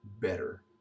better